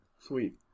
Sweet